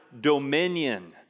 dominion